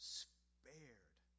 spared